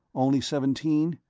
only seventeen?